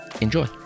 enjoy